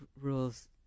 rules